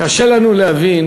קשה לנו להבין